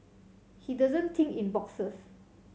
he doesn't think in boxes